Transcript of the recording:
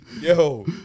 Yo